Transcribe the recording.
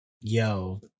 Yo